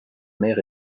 mère